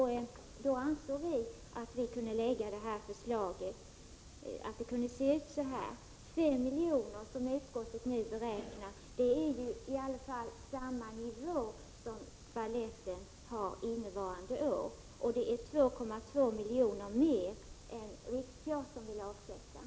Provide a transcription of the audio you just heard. Därför ansåg vi att vårt förslag kunde se ut som det gör. 5 miljoner, som utskottet nu beräknar, är i alla fall ett anslag som ligger på samma nivå som det anslag baletten har innevarande år, och det är 2,2 miljoner mer än vad Riksteatern vill avsätta.